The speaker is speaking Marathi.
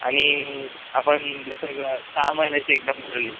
आणि आपण जसं सहा महिन्याचे एकदम भरले